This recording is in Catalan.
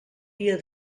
dia